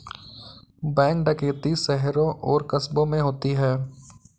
bank डकैती शहरों और कस्बों में होती है